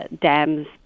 dams